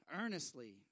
Earnestly